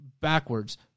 backwards